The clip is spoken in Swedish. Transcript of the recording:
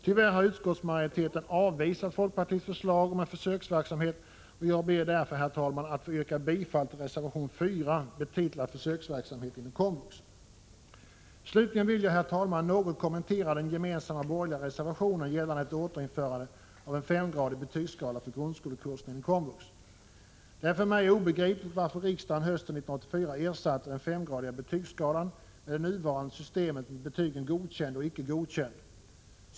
Tyvärr har utskottsmajoriteten avvisat folkpartiets förslag om en försöksverksamhet, och jag ber därför, herr talman, att få yrka bifall till reservation 4, betitlad Försöksverksamhet inom kommunal vuxenutbildning. Slutligen vill jag, herr talman, något kommentera den gemensamma borgerliga reservationen gällande ett återinförande av en femgradig betygsskala för grundskolekurserna inom komvux. Det är för mig obegripligt varför riksdagen hösten 1984 ersatte den femgradiga betygsskalan med det nuvarande systemet med betygen godkänd och icke godkänd.